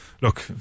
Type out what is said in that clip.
look